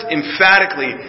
emphatically